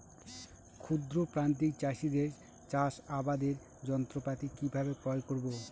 ক্ষুদ্র প্রান্তিক চাষীদের চাষাবাদের যন্ত্রপাতি কিভাবে ক্রয় করব?